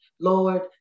Lord